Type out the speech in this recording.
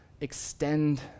extend